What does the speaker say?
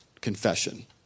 Confession